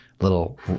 little